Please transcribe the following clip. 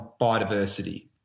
biodiversity